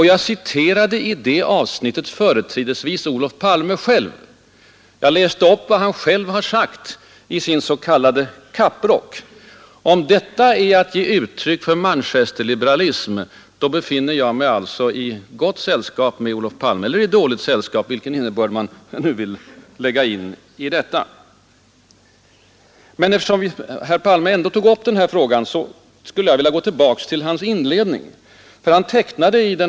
Jag citerade i detta avsnitt företrädesvis herr Olof Palme själv. Jag återgav vad han har sagt i sin s.k. kapprock. Om detta är att ge uttryck för manchesterliberalism, befinner jag mig alltså i gott sällskap — eller i dåligt sällskap; det beror på hur man ser det — med Olof Palme Eftersom herr Palme emellertid tog upp frågan vill jag gå tillbaka till herr Palmes inledningsanförande.